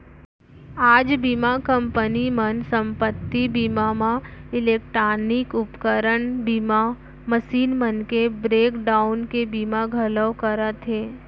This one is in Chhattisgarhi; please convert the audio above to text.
आज बीमा कंपनी मन संपत्ति बीमा म इलेक्टानिक उपकरन बीमा, मसीन मन के ब्रेक डाउन के बीमा घलौ करत हें